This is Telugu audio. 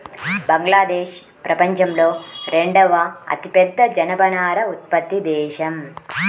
బంగ్లాదేశ్ ప్రపంచంలో రెండవ అతిపెద్ద జనపనార ఉత్పత్తి దేశం